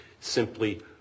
simply